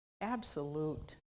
absolute